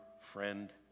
friend